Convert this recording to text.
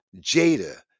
jada